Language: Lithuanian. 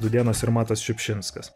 dudėnas ir matas šiupšinskas